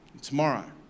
tomorrow